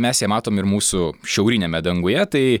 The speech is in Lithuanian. mes ją matom ir mūsų šiauriniame danguje tai